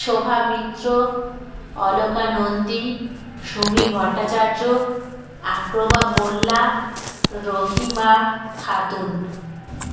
Shobha Mitra Aloka Nandi Sumi Bhattacharya Akrama Molla Rahima Khatun